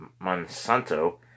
Monsanto